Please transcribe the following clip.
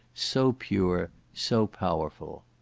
so pure, so powerful.